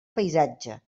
paisatge